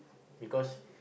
because